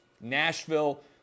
Nashville